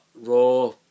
Raw